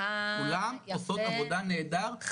כולן עושות עבודה נהדרת.